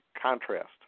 contrast